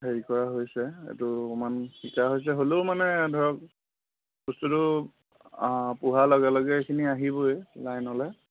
হেৰি কৰা হৈছে এইটো অকণমান শিকা হৈছে হ'লেও মানে ধৰক বস্তুটো আ পোহাৰ লগে লগে এইখিনি আহিবই লাইনলৈ